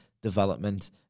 development